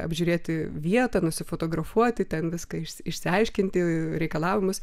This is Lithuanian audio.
apžiūrėti vietą nusifotografuoti ten viską išsi išsiaiškinti reikalavimus